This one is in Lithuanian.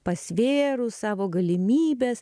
pasvėrus savo galimybes